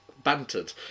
Bantered